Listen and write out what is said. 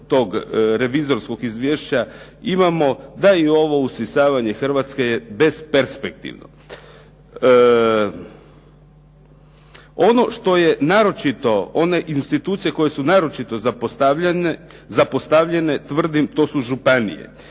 revizorskog izvješća imamo, da i ovo usisavanje Hrvatske je besperspektivno. Ono što je naročito, one institucije koje su naročito zapostavljene, tvrdim to su županije.